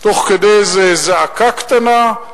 תוך כדי איזו זעקה קטנה,